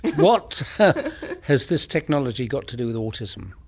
what has this technology go to do with autism?